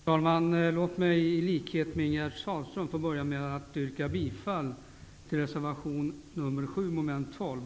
Herr talman! Låt mig i likhet med Ingegerd Sahlström börja med att yrka bifall till reservation Herr talman!